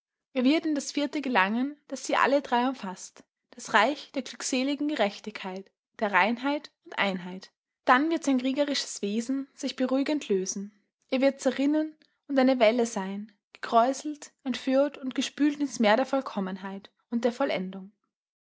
er wird in das vierte gelangen das sie alle drei umfaßt das reich der glückseligen gerechtigkeit der reinheit und einheit er wird über sich selbst gerichtstag halten dann wird sein kriegerisches wesen sich beruhigend lösen er wird zerrinnen und eine welle sein gekräuselt entführt und gespült ins meer der vollkommenheit und der vollendung